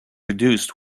reduced